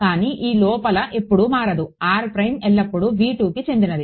కానీ ఈ లోపల ఎప్పుడూ మారదు ఎల్లప్పుడూ చెందినది